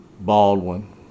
Baldwin